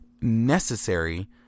necessary